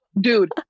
Dude